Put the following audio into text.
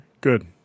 good